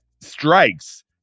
strikes